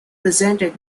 presented